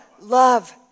love